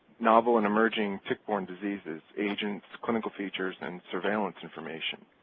novel and emerging tick-borne diseases agents, clinical features, and surveillance information.